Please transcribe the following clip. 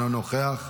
אינו נוכח,